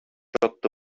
атты